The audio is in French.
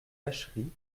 vacherie